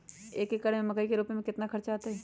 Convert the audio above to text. एक एकर में मकई रोपे में कितना खर्च अतै?